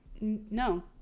no